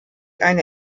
eine